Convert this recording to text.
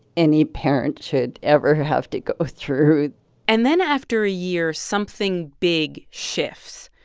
any parent should ever have to go through and then after a year, something big shifts.